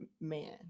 man